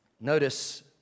Notice